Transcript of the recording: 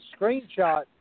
screenshot